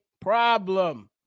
problem